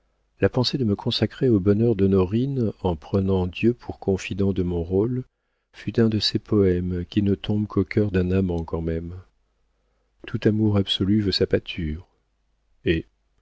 la pensée de me consacrer au bonheur d'honorine en prenant dieu pour confident de mon rôle fut un de ces poëmes qui ne tombent qu'au cœur d'un amant quand même tout amour absolu veut sa pâture eh